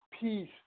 peace